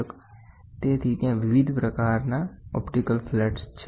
તેથી ત્યાં વિવિધ પ્રકારનાં ઓપ્ટિકલ ફ્લેટ્સ છે